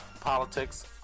politics